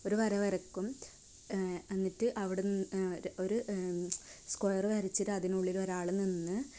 ഒരു വര വരക്കും എന്നിട്ട് അവിടുന്ന് ഒരു സ്ക്വയർ വരച്ചിട്ട് അതിനുള്ളിൽ ഒരാൾ നിന്ന്